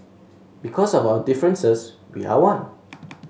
because of our differences we are one